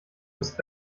bist